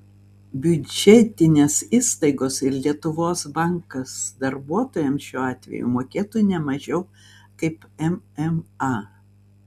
biudžetinės įstaigos ir lietuvos bankas darbuotojams šiuo atveju mokėtų ne mažiau kaip mma